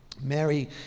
Mary